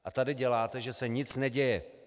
A tady děláte, že se nic neděje.